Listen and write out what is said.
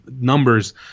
numbers